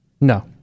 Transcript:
No